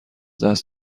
دست